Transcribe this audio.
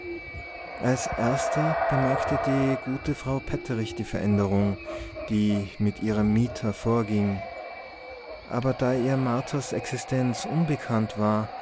als erste bemerkte die gute frau petterich die veränderung die mit ihrem mieter vorging aber da ihr marthas existenz unbekannt war